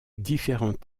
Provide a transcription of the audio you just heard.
différents